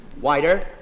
Wider